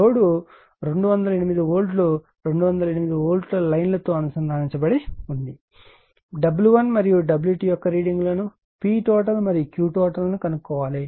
load 208 volt 208 volt లైన్లతో అనుసంధానించబడి ఉంటే W1 మరియు W2 యొక్క రీడింగులను PT మరియు Q T ను కనుగొనండి